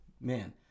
Man